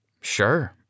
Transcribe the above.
Sure